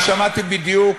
אני שמעתי בדיוק.